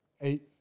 eight